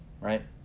right